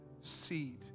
seed